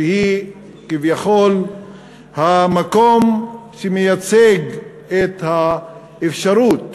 שהיא כביכול המקום שמייצג לאזרח את האפשרות